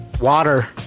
Water